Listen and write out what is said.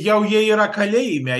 jau jie yra kalėjime